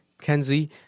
Kenzie